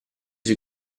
sui